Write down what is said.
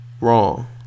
Wrong